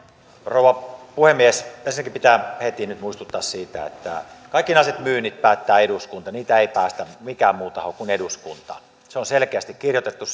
rouva puhemies ensinnäkin pitää heti nyt muistuttaa siitä että kaikki tällaiset myynnit päättää eduskunta niitä ei päätä mikään muu taho kuin eduskunta se on selkeästi kirjoitettu